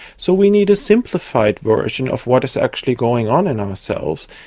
so we need a simplified version of what is actually going on in ourselves.